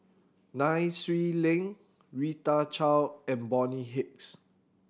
Nai Swee Leng Rita Chao and Bonny Hicks